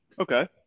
okay